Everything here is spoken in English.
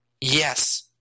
Yes